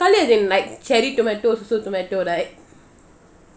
carrot as in like cherry tomatoes also tomato like